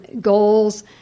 goals